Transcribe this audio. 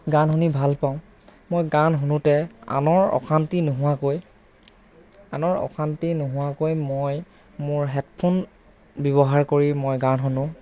গান শুনি ভাল পাওঁ মই গান শুনোতে আনৰ অশান্তি নোহোৱাকৈ আনৰ অশান্তি নোহোৱাকৈ মই মোৰ হেডফোন ব্যৱহাৰ কৰি মই গান শুনো